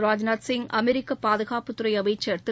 ராஜ்நாத் சிங் அமெரிக்க பாதுகாப்புத்துறை அமைச்சர் திரு